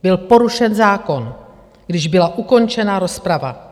Byl porušen zákon, když byla ukončena rozprava.